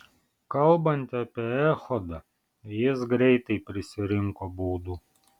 kalbant apie echodą jis greitai prisirinko baudų